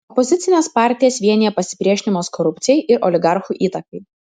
opozicines partijas vienija pasipriešinimas korupcijai ir oligarchų įtakai